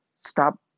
Stop